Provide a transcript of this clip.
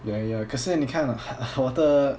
ya ya 可是你看 我的